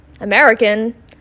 American